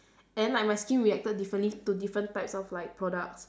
and then like my skin reacted differently to different types of like products